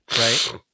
right